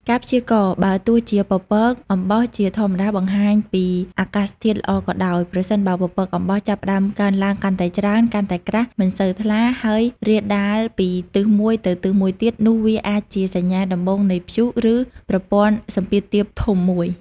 ការព្យាករណ៍ បើទោះជាពពក អំបោះ ជាធម្មតាបង្ហាញពីអាកាសធាតុល្អក៏ដោយ ប្រសិនបើពពកអំបោះចាប់ផ្តើមកើនឡើងកាន់តែច្រើន កាន់តែក្រាស់ មិនសូវថ្លា ហើយរាលដាលពីទិសមួយទៅទិសមួយទៀតនោះវាអាចជាសញ្ញាដំបូងនៃព្យុះ ឬប្រព័ន្ធសម្ពាធទាបធំមួយ។